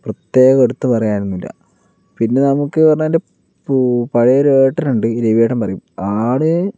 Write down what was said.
പ്രത്യേകം എടുത്തു പറയാൻ ഒന്നുമില്ല പിന്നെ നമുക്ക് എന്ന് പറഞ്ഞാൽ എൻ്റെ പഴയ ഒരു ഏട്ടൻ ഉണ്ട് ഈ രവിയേട്ടൻ പറയും ആള്